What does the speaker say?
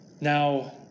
Now